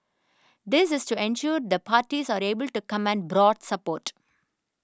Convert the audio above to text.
this is to ensure the parties are able to command broad support